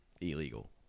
illegal